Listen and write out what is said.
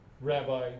rabbi